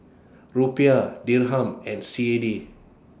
Rupiah Dirham and C A D